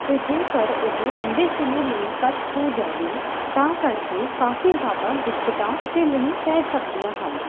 ਅਤੇ ਜੇਕਰ ਉਹ ਲੰਬੇ ਸਮੇਂ ਲਈ ਕੱਟ ਹੋ ਜਾਵੇ ਤਾਂ ਕਰਕੇ ਕਾਫੀ ਜ਼ਿਆਦਾ ਦਿੱਕਤਾਂ ਝੱਲਣੀ ਪੈ ਸਕਦੀਆਂ ਹਨ